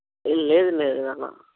లేదు లేదు నాన్న